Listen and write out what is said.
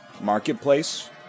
marketplace